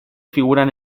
figuran